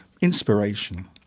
inspiration